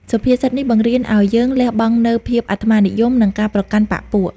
សុភាសិតនេះបង្រៀនឱ្យយើងលះបង់នូវភាពអាត្មានិយម និងការប្រកាន់បក្ខពួក។